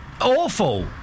Awful